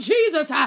Jesus